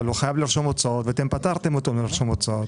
אבל הוא חייב לרשום הוצאות ואתם פטרתם אותו מלרשום הוצאות.